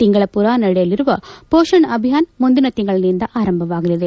ತಿಂಗಳ ಪೂರ ನಡೆಯಲಿರುವ ಪೋಷಣ್ ಅಭಿಯಾನ ಮುಂದಿನ ತಿಂಗಳನಿಂದ ಆರಂಭವಾಗಲಿದೆ